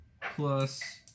plus